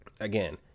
again